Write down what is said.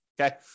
Okay